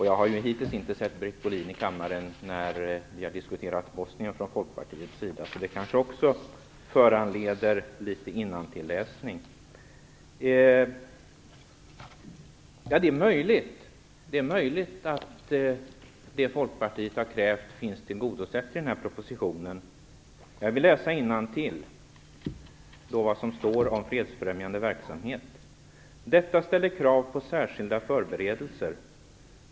Jag har hittills inte sett Britt Bohlin i kammaren när Folkpartiet har diskuterat Bosnien, så det kanske också föranleder litet innantilläsning. Det är möjligt att det Folkpartiet har krävt finns tillgodosett i den här propositionen. Jag vill läsa innantill vad som står om fredsfrämjande verksamhet: Detta ställer krav på särskilda förberedelser.